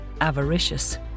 avaricious